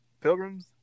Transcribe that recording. pilgrims